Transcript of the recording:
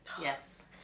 Yes